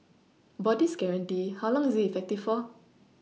about this guarantee how long is it effective for